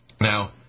Now